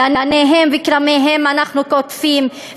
גניהם וכרמיהם אנחנו קוטפים,